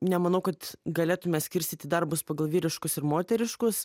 nemanau kad galėtume skirstyti darbus pagal vyriškus ir moteriškus